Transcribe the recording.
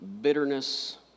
bitterness